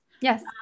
Yes